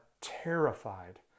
terrified